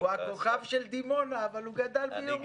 הוא הכוכב של דימונה, אבל הוא גדל בירוחם.